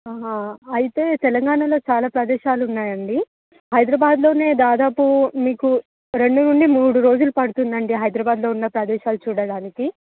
అయితే తెలంగాణాలో చాలా ప్రదేశాలు ఉన్నాయండి హైదరాబాద్లో దాదాపు మీకు రెండు నుండి మూడు రోజులు పడుతుంది అండి హైదరాబాద్లో ఉన్న ప్రదేశాలు చూడడానికి